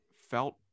felt